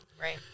Right